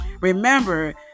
Remember